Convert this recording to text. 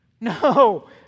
No